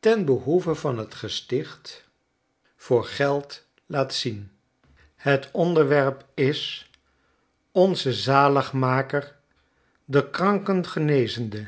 ten behoeve van t gesticht voor schetsen uit ameeeka geld laat zien het onderwerp is onze zaligmaker de kranken